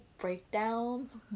breakdowns